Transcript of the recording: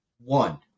one